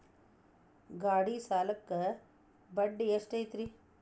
ಗಾಡಿ ಸಾಲಕ್ಕ ಬಡ್ಡಿ ಎಷ್ಟೈತ್ರಿ?